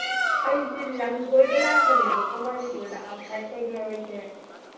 ꯑꯩꯁꯦ ꯂꯝꯀꯣꯏꯕ ꯂꯥꯛꯄꯅꯦꯕꯀꯣ ꯃꯅꯤꯄꯨꯔꯗ ꯑꯥꯎꯠꯁꯥꯏꯠꯇꯩꯅꯦꯕ ꯑꯩꯁꯦ